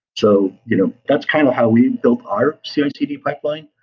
so you know that's kind of how we built our cicd pipeline.